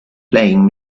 playing